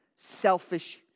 selfish